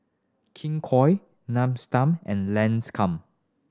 King Koil Nestum and Lancome